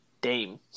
Dame